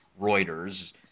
Reuters